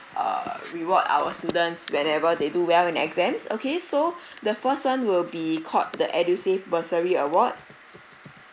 err reward our students whenever they do well in exams okay so the first one will be called the edusave bursary award